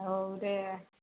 औ दे